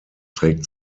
trägt